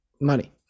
money